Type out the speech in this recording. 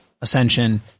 ascension